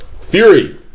Fury